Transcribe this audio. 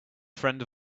friend